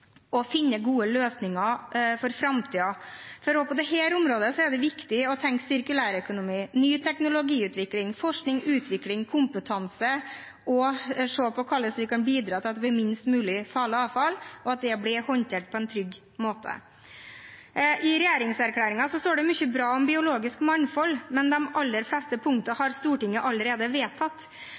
og finne gode løsninger for framtiden. For også på dette området er det viktig å tenke sirkulærøkonomi, ny teknologiutvikling, forskning, utvikling og kompetanse og se på hvordan vi kan bidra til at det blir minst mulig farlig avfall, og at det blir håndtert på en trygg måte. I regjeringserklæringen står det mye bra om biologisk mangfold, men de aller fleste punktene har Stortinget allerede vedtatt.